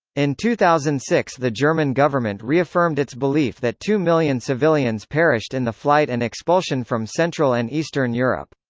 in two thousand and six the german government reaffirmed its belief that two million civilians perished in the flight and expulsion from central and eastern europe.